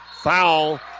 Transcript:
Foul